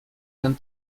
ten